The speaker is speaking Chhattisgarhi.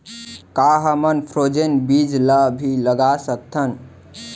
का हमन फ्रोजेन बीज ला भी लगा सकथन?